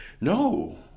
no